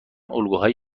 الگوهای